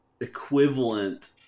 equivalent